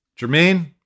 Jermaine